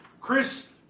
Chris